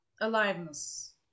Aliveness